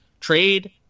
trade